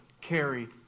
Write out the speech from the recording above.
carry